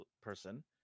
person